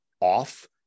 off